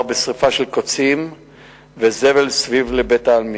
בשרפה של קוצים וזבל סביב בית-העלמין.